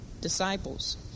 disciples